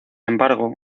embargo